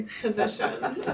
position